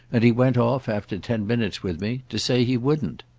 and he went off, after ten minutes with me, to say he wouldn't.